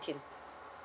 him